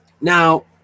Now